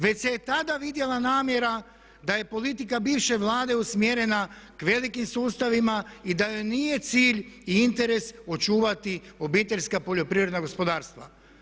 Već se tada vidjela namjera da je politika bivše Vlade usmjerena k velikim sustavima i da joj nije cilj i interes očuvati obiteljska poljoprivredna gospodarstva.